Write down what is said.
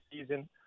season